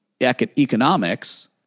economics